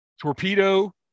torpedo